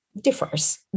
differs